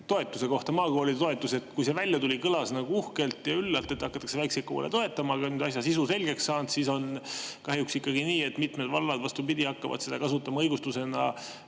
toetuse kohta, maakoolide toetuse kohta. Kui see välja tuli, siis kõlas nagu uhkelt ja üllalt, et hakatakse väikseid koole toetama, aga nüüd, kui asja sisu on selgeks saanud, on kahjuks ikkagi nii, et mitmed vallad, vastupidi, hakkavad seda kasutama õigustusena